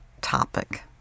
topic